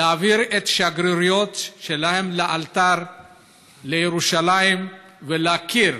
להעביר את השגרירויות שלהן לאלתר לירושלים ולהכיר